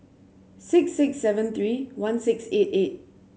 six six seven three one six eight eight